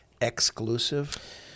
exclusive